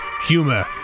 humor